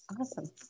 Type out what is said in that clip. awesome